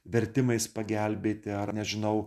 vertimais pagelbėti ar nežinau